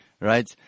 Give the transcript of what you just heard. Right